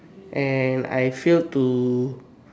and I fail to